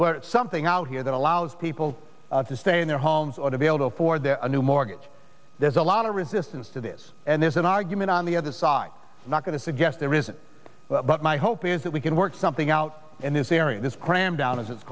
do something out here that allows people to stay in their homes or to be able to afford their new mortgage there's a lot of resistance to this and there's an argument on the other side not going to suggest there isn't but my hope is that we can work something out in this area this cram down as it's